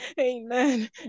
Amen